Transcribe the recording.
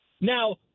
Now